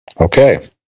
Okay